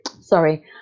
Sorry